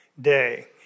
day